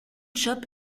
chope